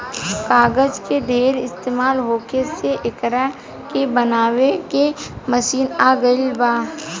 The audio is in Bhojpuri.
कागज के ढेर इस्तमाल होखे से एकरा के बनावे के मशीन आ गइल बा